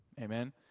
Amen